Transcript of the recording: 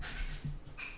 ft